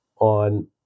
on